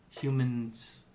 humans